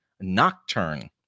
Nocturne